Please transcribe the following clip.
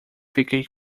fiquei